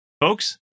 folks